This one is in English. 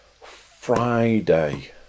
Friday